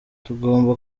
tugomba